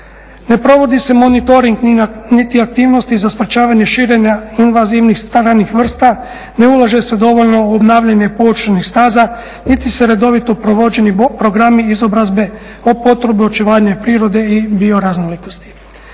Ne provodi se monitoring niti aktivnosti za spašavanje širenja … vrsta, ne ulaže se dovoljno u obnavljanje … staza niti su redovito provođeni programi izobrazbe o potrebi očuvanja prirode i bioraznolikosti.